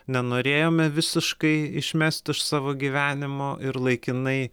nenorėjome visiškai išmest iš savo gyvenimo ir laikinai